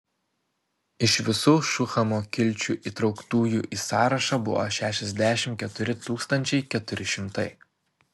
iš visų šuhamo kilčių įtrauktųjų į sąrašą buvo šešiasdešimt keturi tūkstančiai keturi šimtai